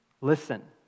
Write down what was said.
listen